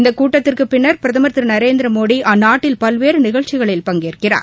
இந்த கூட்டத்திற் பின்னர் பிரதமர் திரு நரேந்திர மோடி அந்நாட்டில் பல்வேறு நிகழ்ச்சிகளில் பங்கேற்கிறார்